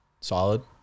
Solid